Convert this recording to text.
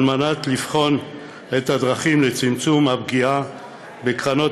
על מנת לבחון את הדרכים לצמצום הפגיעה בקרנות